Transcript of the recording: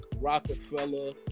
Rockefeller